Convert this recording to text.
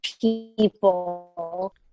people